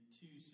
two